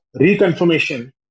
reconfirmation